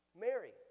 Mary